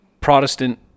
Protestant